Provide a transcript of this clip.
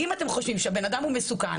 אם אתם חושבים שהבן אדם הוא מסוכן,